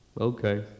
okay